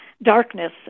darkness